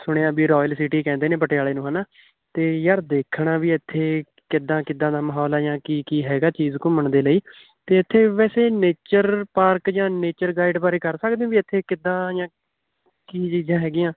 ਸੁਣਿਆ ਵੀ royal city ਕਹਿੰਦੇ ਨੇ ਪਟਿਆਲੇ ਨੂੰ ਹੈ ਨਾ ਅਤੇ ਯਾਰ ਦੇਖਣਾ ਵੀ ਇੱਥੇ ਕਿੱਦਾਂ ਕਿੱਦਾਂ ਦਾ ਮਾਹੌਲ ਆ ਜਾਂ ਕੀ ਕੀ ਹੈਗਾ ਚੀਜ਼ ਘੁੰਮਣ ਦੇ ਲਈ ਅਤੇ ਇੱਥੇ ਵੈਸੇ ਨੇਚਰ ਪਾਰਕ ਜਾਂ ਨੇਚਰ ਗਾਈਡ ਬਾਰੇ ਕਰ ਸਕਦੇ ਵੀ ਇੱਥੇ ਕਿੱਦਾਂ ਜਾਂ ਕੀ ਚੀਜ਼ਾਂ ਹੈਗੀਆਂ